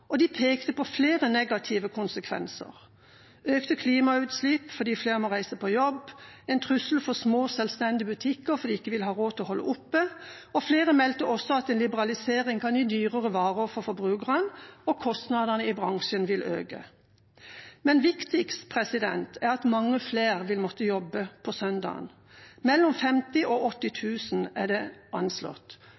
og de pekte på flere negative konsekvenser: økte klimautslipp fordi flere må reise på jobb, og at det er en trussel for små, selvstendige butikker fordi de ikke vil ha råd til å holde oppe. Flere meldte også at en liberalisering kan gi dyrere varer for forbrukerne, og at kostnadene i bransjen vil øke. Men viktigst er at mange flere vil måtte jobbe på søndagen, mellom 50 000 og 80